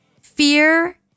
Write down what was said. Fear